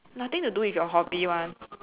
nothing to do with your hobby [one]